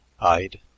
I'd